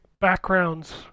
Backgrounds